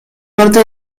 parte